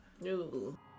No